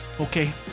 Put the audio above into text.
Okay